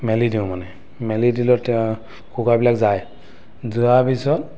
মেলি দিওঁ মানে মেলি দিলত তেওঁ কুকুৰাবিলাক যায় যোৱাৰ পিছত